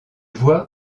voit